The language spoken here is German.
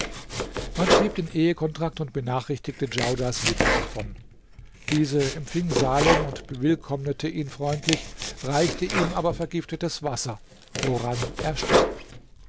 man schrieb den ehekontrakt und benachrichtigte djaudars witwe davon diese empfing salem und bewillkommnete ihn freundlich reichte ihm aber vergiftetes wasser woran er starb